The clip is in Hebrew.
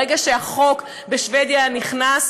ברגע שהחוק בשבדיה נכנס,